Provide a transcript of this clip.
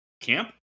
Camp